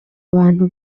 abantu